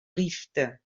rift